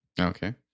Okay